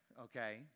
okay